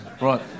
Right